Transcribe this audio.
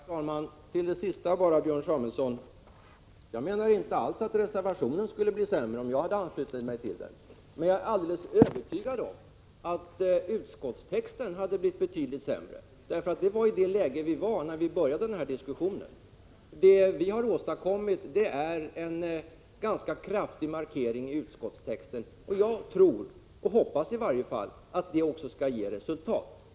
Herr talman! Till det sista Björn Samuelson sade: Jag menar inte alls att reservationen skulle ha blivit sämre om jag hade anslutit mig till den. Men jag är alldeles övertygad om att utskottstexten hade blivit betydligt sämre. Det var det läge vi hade när vi började den här diskussionen. Det vi har åstadkommit är en ganska kraftig markering i utskottstexten. Jag tror eller i varje fall hoppas att det också skall ge resultat.